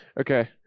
Okay